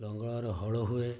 ଲଙ୍ଗଳରୁ ହଳ ହୁଏ